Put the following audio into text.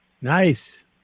Nice